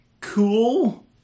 cool